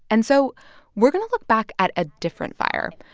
and so we're going to look back at a different fire,